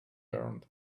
learned